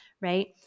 Right